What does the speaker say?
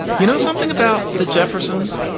you know something about the jeffersons.